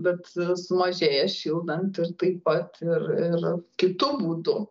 bet sumažėja šildant ir taip pat ir ir kitu būdu